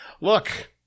Look